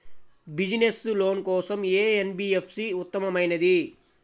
Business loan కోసం ఏ NBFC ఉత్తమమైనది?